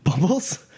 bubbles